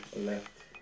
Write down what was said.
left